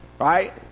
Right